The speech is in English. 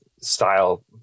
style